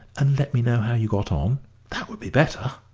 and let me know how you got on that would be better.